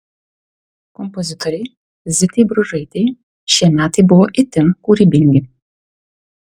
kompozitorei zitai bružaitei šie metai buvo itin kūrybingi